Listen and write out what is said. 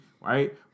right